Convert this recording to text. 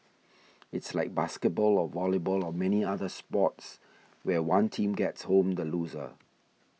it's like basketball or volleyball or many other sports where one team gets home the loser